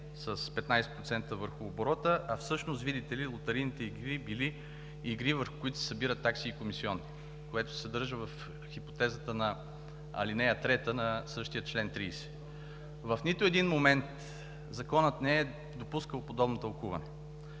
с 15% върху оборота, а всъщност, видите ли, лотарийните игри били игри, върху които се събират такси и комисиони, което се съдържа в хипотезата на ал. 3 на същия чл. 30. В нито един момент законът не е допускал подобно тълкуване.